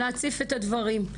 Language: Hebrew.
להציף את הדברים.